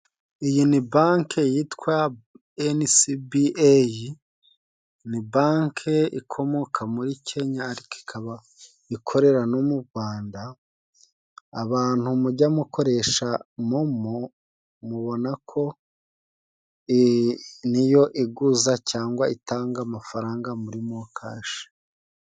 Iyi ni banki yitwa Enisibi eyi ni banki ikomoka muri Kenya ariko ikaba ikorera no mu Gwanda. Abantu mujya mukoresha momo mubona ko niyo iguza cyangwa itanga amafaranga muri mokashi.